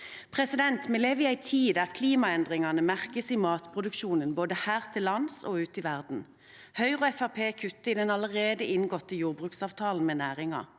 sentralisering. Vi lever i en tid der klimaendringene merkes i matproduksjonen både her til lands og ute i verden. Høyre og Fremskrittspartiet kutter i den allerede inngåtte jordbruksavtalen med næringen.